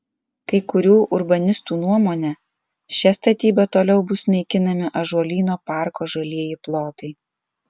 kai kurių urbanistų nuomone šia statyba toliau bus naikinami ąžuolyno parko žalieji plotai